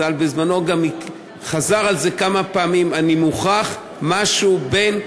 ז"ל בזמנו גם חזר על זה כמה פעמים: אני מוכרח משהו בין "רצח"